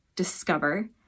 discover